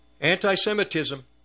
Anti-Semitism